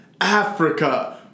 Africa